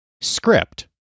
script